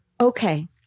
okay